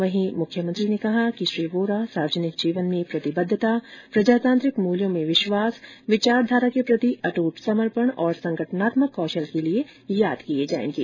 वहीं मुख्यमंत्री ने कहा कि श्री वोरा सार्वजनिक जीवन में प्रतिबद्धता प्रजातांत्रिक मूल्यों में विश्वास विचारधारा के प्रति अदूट समर्पण तथा संगठनात्मक कौशल के लिए याद किए जाएंगे